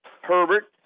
Herbert